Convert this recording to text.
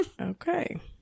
Okay